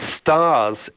stars